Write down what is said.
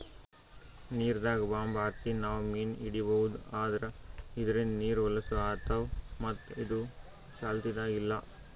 ನೀರ್ದಾಗ್ bomb ಹಾರ್ಸಿ ನಾವ್ ಮೀನ್ ಹಿಡೀಬಹುದ್ ಆದ್ರ ಇದ್ರಿಂದ್ ನೀರ್ ಹೊಲಸ್ ಆತವ್ ಮತ್ತ್ ಇದು ಚಾಲ್ತಿದಾಗ್ ಇಲ್ಲಾ